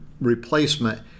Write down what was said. replacement